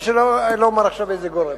ולא אומר עכשיו של איזה גורם.